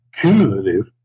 cumulative